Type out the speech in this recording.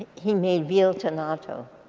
he made veal tomato.